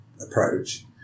approach